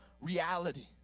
reality